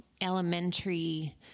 elementary